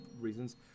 reasons